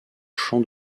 champ